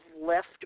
left